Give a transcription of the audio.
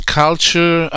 culture